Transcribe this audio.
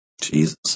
Jesus